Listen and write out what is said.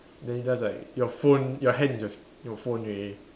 then just like your phone your hand is like your phone already